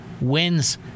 wins